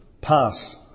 pass